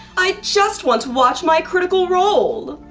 i just want to watch my critical role!